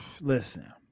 Listen